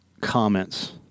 comments